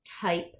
type